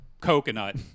Coconut